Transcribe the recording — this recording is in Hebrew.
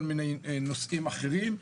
אם זה על ידי כל מיני נושאים אחרים,